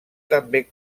també